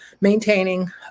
maintaining